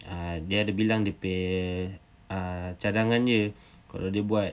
uh dia ada bilang dia punya uh cadangan dia kalau dia buat